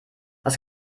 was